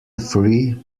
free